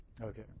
Okay